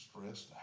stressed